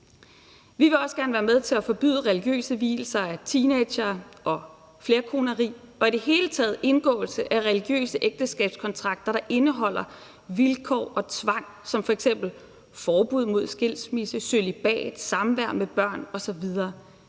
Vi vil også gerne være med til at forbyde religiøse vielser af teenagere, flerkoneri og i det hele taget indgåelse af religiøse ægteskabskontrakter, der indeholder vilkår og tvang som f.eks. forbud mod skilsmisse, cølibat, samvær med børn osv.